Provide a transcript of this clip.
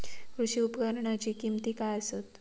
कृषी उपकरणाची किमती काय आसत?